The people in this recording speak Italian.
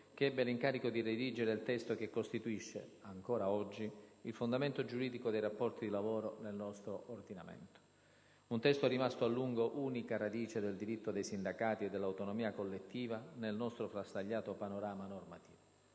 che ebbe 1'incarico di redigere il testo che costituisce, ancora oggi, il fondamento giuridico dei rapporti di lavoro nel nostro ordinamento. Un testo rimasto a lungo unica radice del diritto dei sindacati e dell'autonomia collettiva nel nostro frastagliato panorama normativo.